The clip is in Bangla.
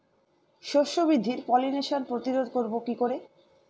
শস্য বৃদ্ধির পলিনেশান প্রতিরোধ করব কি করে?